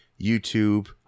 youtube